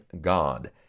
God